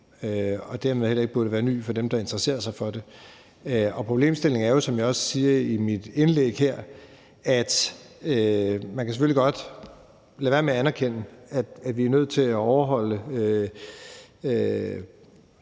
dermed heller ikke være ny for dem, der interesserer sig for det. Problemstillingen er jo, som jeg også siger i mit indlæg, at man selvfølgelig godt kan lade være med at anerkende, at vi er nødt til at overholde